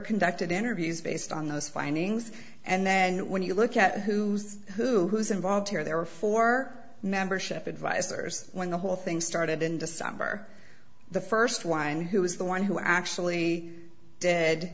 conducted interviews based on those findings and then when you look at who's who who's involved here there were four membership advisors when the whole thing started in december the first one who was the one who actually